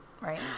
right